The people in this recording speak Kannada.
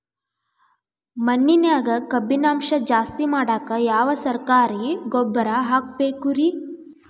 ಮಣ್ಣಿನ್ಯಾಗ ಕಬ್ಬಿಣಾಂಶ ಜಾಸ್ತಿ ಮಾಡಾಕ ಯಾವ ಸರಕಾರಿ ಗೊಬ್ಬರ ಹಾಕಬೇಕು ರಿ?